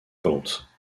pente